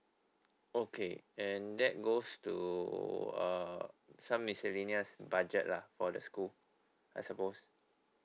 okay and that goes to uh some miscellaneous budget lah for the school I suppose